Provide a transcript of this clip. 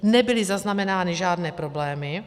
Nebyly zaznamenány žádné problémy.